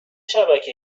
شبکه